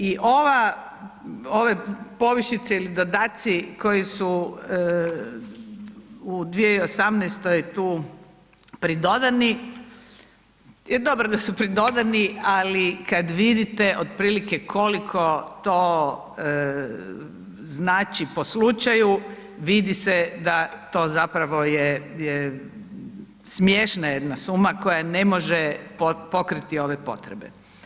I ove povišice ili dodaci koji su u 2018. tu pridodani dobro da su pridodani, ali kada vidite otprilike koliko to znači po slučaju vidi se da to zapravo je smiješna jedna suma koja ne može pokriti ove potrebe.